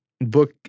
book